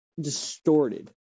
distorted